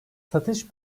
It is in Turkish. satış